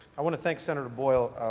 i want to thank senator boyle